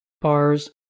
bars